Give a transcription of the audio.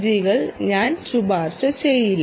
ജികൾ ഞാൻ ശുപാർശ ചെയ്യില്ല